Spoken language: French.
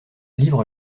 livre